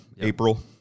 April